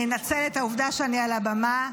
אני אנצל את העובדה שאני על הבמה.